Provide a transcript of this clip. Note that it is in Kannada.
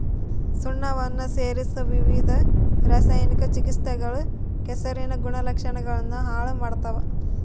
ಸುಣ್ಣವನ್ನ ಸೇರಿಸೊ ವಿವಿಧ ರಾಸಾಯನಿಕ ಚಿಕಿತ್ಸೆಗಳು ಕೆಸರಿನ ಗುಣಲಕ್ಷಣಗುಳ್ನ ಹಾಳು ಮಾಡ್ತವ